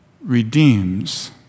redeems